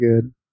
good